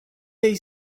they